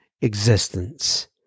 existence